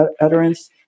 utterance